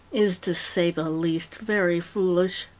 is, to say the least, very foolish.